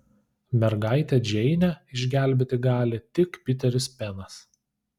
mergaitę džeinę išgelbėti gali tik piteris penas